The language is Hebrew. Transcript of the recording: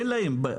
אין להן.